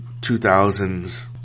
2000s